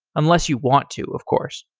unless you want to, of course.